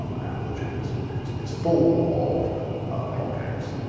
um um the chip is and is full of clock gates,